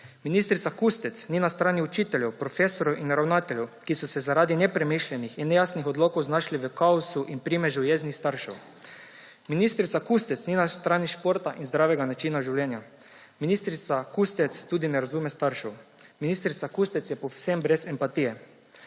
Ministrica Kustec ni na strani učiteljev, profesorjev in ravnateljev, ki so se zaradi nepremišljenih in nejasnih odlokov znašli v kaosu in primežu jeznih staršev. Ministrica Kustec ni na strani športa in zdravega načina življenja. Ministrica Kustec tudi ne razume staršev. Ministrica Kustec je povsem brez empatije.